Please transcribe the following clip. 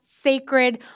sacred